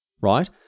right